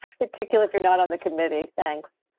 particularly if you're not on the committee. thanks.